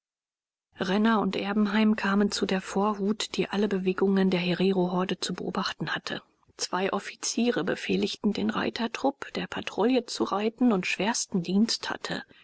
renner und erbenheim kamen zu der vorhut die alle bewegungen der hererohorde zu beobachten hatte zwei offiziere befehligten den reitertrupp der patrouillen zu reiten und schwersten dienst hatte